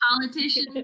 politician